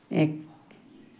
এক